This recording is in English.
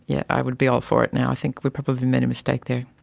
yeah i would be all for it now. i think we probably made a mistake there.